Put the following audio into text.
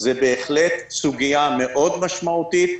זה בהחלט סוגיה משמעותית מאוד.